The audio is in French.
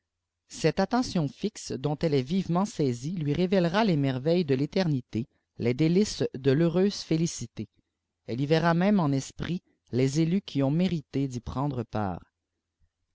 cette attention fixe dont elle est vivement saisie lui révélera les merveilles de éternité lesdélices de l'heureuse félicité elle y verra nrëme en isprit les élus qui ont mérité d'y prendre part